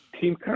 team